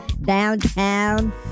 Downtown